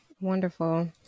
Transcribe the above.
Wonderful